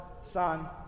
Son